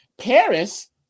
Paris